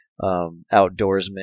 outdoorsman